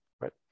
right